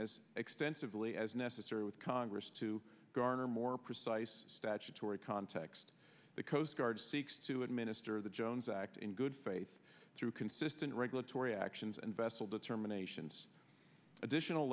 as extensively as necessary with congress to garner more precise statutory context the coast guard seeks to administer the jones act in good faith through consistent regulatory actions and vessel determinations additional